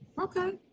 okay